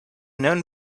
known